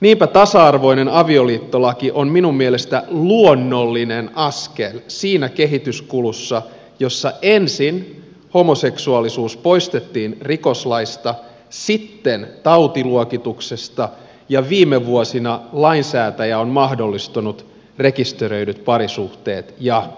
niinpä tasa arvoinen avioliittolaki on minun mielestäni luonnollinen askel siinä kehityskulussa jossa ensin homoseksuaalisuus poistettiin rikoslaista sitten tautiluokituksesta ja viime vuosina lainsäätäjä on mahdollistanut rekisteröidyt parisuhteet ja